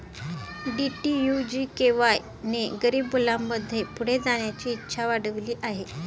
DDU GKY ने गरीब मुलांमध्ये पुढे जाण्याची इच्छा वाढविली आहे